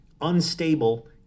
unstable